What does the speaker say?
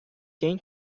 quem